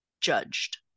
judged